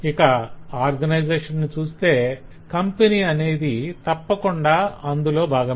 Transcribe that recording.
ఇక ఆర్గనైజేషన్ ను చూస్తె కంపెనీ అనేది తప్పకుండా అందులో బాగమే